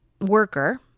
worker